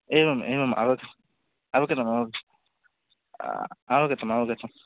एवम् एवम् अवगतम् अवगतम् अव अवगतमवगतम्